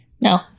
No